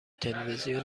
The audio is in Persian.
تلویزیون